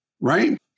right